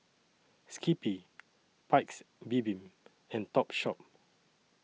Skippy Paik's Bibim and Topshop